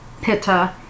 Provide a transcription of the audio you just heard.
pitta